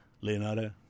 Leonardo